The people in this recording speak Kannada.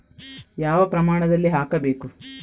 ಯಾವ ಪ್ರಮಾಣದಲ್ಲಿ ಹಾಕಬೇಕು?